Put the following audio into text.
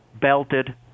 belted